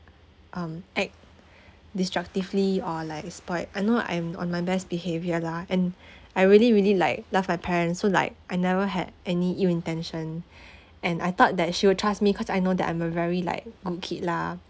um act destructively or like spoiled I know I'm on my best behaviour lah and I really really like love my parents so like I never had any ill intention and I thought that she will trust me cause I know that I'm a very like good kid lah